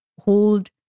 hold